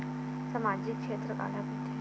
सामजिक क्षेत्र काला कइथे?